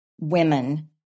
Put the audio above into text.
women